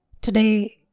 today